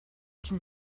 can